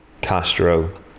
Castro